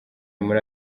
muri